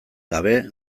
gabe